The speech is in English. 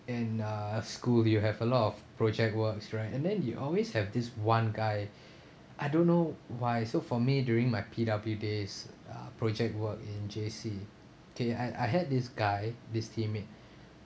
in uh school you have a lot of project works right and then you always have this one guy I don't know why so for me during my P_W days uh project work in J_C K I I had this guy this teammate